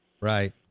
Right